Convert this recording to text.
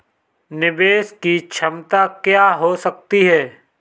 निवेश की क्षमता क्या हो सकती है?